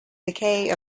decay